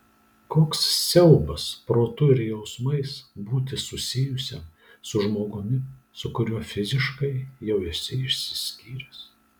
koks siaubas protu ir jausmais būti susijusiam su žmogumi su kuriuo fiziškai jau esi išsiskyręs